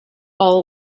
all